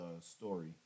story